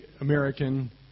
American